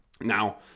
Now